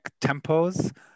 tempos